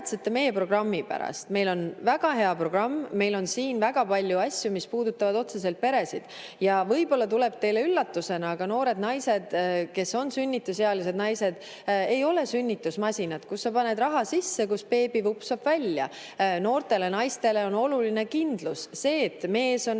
meie programmi pärast. Meil on väga hea programm. Meil on siin väga palju asju, mis puudutavad otseselt peresid. Ja võib-olla tuleb teile üllatusena, aga noored naised, kes on sünnitusealised, ei ole sünnitusmasinad, kuhu sa paned raha sisse ja kust beebi vupsab välja. Noortele naistele on oluline kindlus: see, et mees on